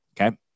okay